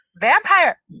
vampire